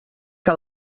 que